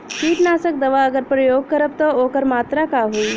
कीटनाशक दवा अगर प्रयोग करब त ओकर मात्रा का होई?